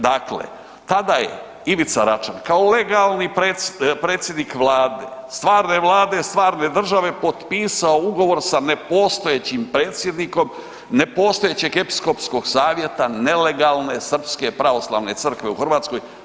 Dakle, tada je Ivica Račan kao legalni predsjednik Vlade, stvarne Vlade, stvarne države, potpisao ugovor sa nepostojećim predsjednikom nepostojećeg episkopskog savjeta nelegalne Srpske pravoslavne crkve u Hrvatskoj.